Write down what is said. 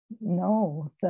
no